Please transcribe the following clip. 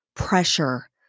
Pressure